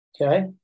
Okay